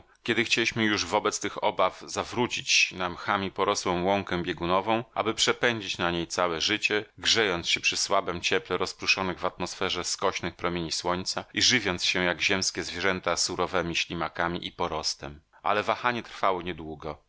kiedy chcieliśmy już wobec tych obaw zawrócić na mchami porosłą łąkę biegunową aby przepędzić na niej całe życie grzejąc się przy słabem cieple rozprószonych w atmosferze skośnych promieni słońca i żywiąc się jak ziemskie zwierzęta surowemi ślimakami i porostem ale wahanie trwało